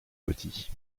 petit